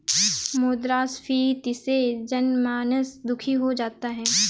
मुद्रास्फीति से जनमानस दुखी हो जाता है